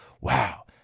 wow